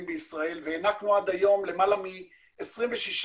בישראל והענקנו עד היום למעלה מ-26,000